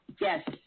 Yes